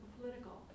political